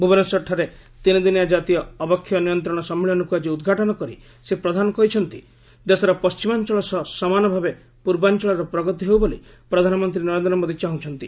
ଭୁବନେଶ୍ୱରଠାରେ ତିନିଦିନିଆ କାତୀୟ ଅବକ୍ଷୟ ନିୟନ୍ତ୍ରଣ ସମ୍ମିଳନୀକୁ ଆଜି ଉଦ୍ଘାଟନ କରି ଶ୍ରୀ ପ୍ରଧାନ କହିଛନ୍ତି ଦେଶର ପଶ୍ଚିମାଞ୍ଚଳ ସହ ସମାନଭାବେ ପୂର୍ବାଞ୍ଚଳର ପ୍ରଗତି ହେଉ ବୋଲି ପ୍ରଧାନମନ୍ତ୍ରୀ ନରେନ୍ଦ୍ର ମୋଦି ଚାହୁଁଛନ୍ତି